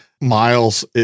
miles